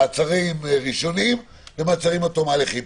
מעצרים ראשוניים ומעצרים עד תום ההליכים,